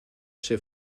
ser